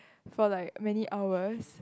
for like many hours